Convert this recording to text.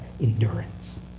endurance